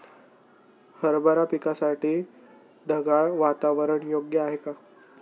हरभरा पिकासाठी ढगाळ वातावरण योग्य आहे का?